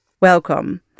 welcome